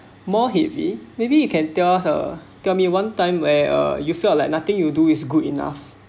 more heavy maybe you can tell us a tell me one time where uh you felt like nothing you do is good enough